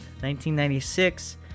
1996